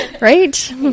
right